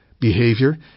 Behavior